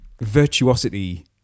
virtuosity